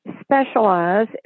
specialize